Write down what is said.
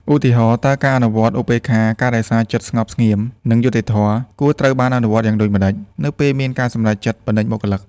ឧទាហរណ៍ តើការអនុវត្ត ឧបេក្ខា ការរក្សាចិត្តស្ងប់ស្ងៀម និងយុត្តិធម៌ គួរត្រូវបានអនុវត្តយ៉ាងដូចម្ដេចនៅពេលមានការសម្រេចចិត្តបណ្ដេញបុគ្គលិក?